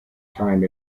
time